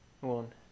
One